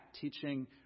teaching